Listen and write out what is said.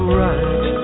right